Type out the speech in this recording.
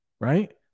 right